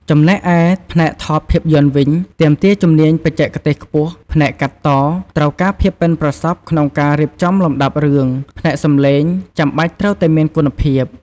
ចំណែកឯ ផ្នែកថតភាពយន្តវិញ ទាមទារជំនាញបច្ចេកទេសខ្ពស់ ផ្នែកកាត់ត ត្រូវការភាពប៉ិនប្រសប់ក្នុងការរៀបចំលំដាប់រឿង ផ្នែកសំឡេង ចាំបាច់ត្រូវតែមានគុណភាព។